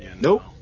Nope